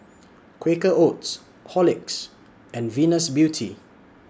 Quaker Oats Horlicks and Venus Beauty